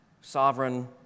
sovereign